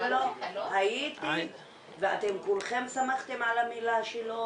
הייתי, ואתם כולכם סמכתם על המילה שלו,